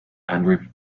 and